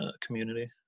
community